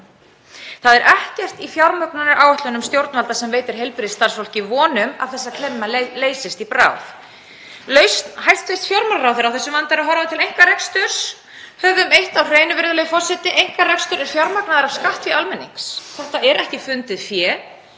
Það er ekkert í fjármögnunaráætlunum stjórnvalda sem veitir heilbrigðisstarfsfólki von um að þessi klemma leysist í bráð. Lausn hæstv. fjármálaráðherra á þessum vanda er að horfa til einkareksturs. Höfum eitt á hreinu, virðulegi forseti: Einkarekstur er fjármagnaður af skattfé almennings. Þetta er ekki fundið fé.